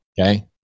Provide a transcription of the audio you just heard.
okay